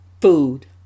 food